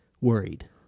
worried